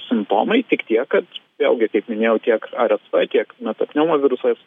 simptomai tik tiek kad vėlgi kaip minėjau tiek rsv tiek metapneumovirusas